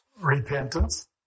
Repentance